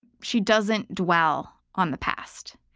she doesn't dwell on the past,